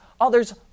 others